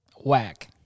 whack